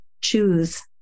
choose